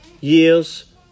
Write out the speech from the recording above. years